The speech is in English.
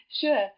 Sure